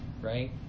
right